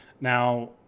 Now